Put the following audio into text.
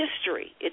history